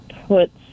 puts